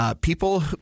people